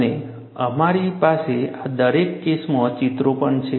અને અમારી પાસે આ દરેક કેસના ચિત્રો પણ હશે